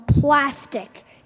plastic